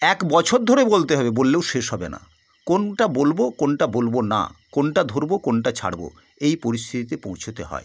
এক বছর ধরে বলতে হবে বললেও শেষ হবে না কোনটা বলব কোনটা বলব না কোনটা ধরব কোনটা ছাড়ব এই পরিস্থিতিতে পৌঁছাতে হয়